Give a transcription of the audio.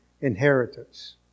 inheritance